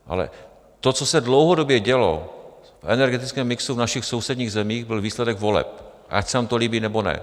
Ale to, co se dlouhodobě dělo v energetickém mixu v našich sousedních zemích, byl výsledek voleb, ať se nám to líbí, nebo ne.